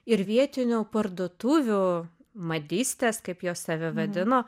ir vietinių parduotuvių madistės kaip jos save vadino